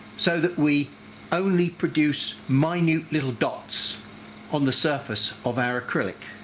so that we only produce minute little dots on the surface of our acrylic.